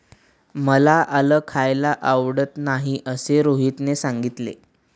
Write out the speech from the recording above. मला आलं खायला आवडत नाही असे रोहितने सांगितले